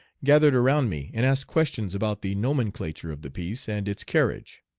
gathered around me and asked questions about the nomenclature of the piece and its carriage.